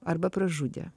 arba pražudė